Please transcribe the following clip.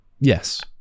yes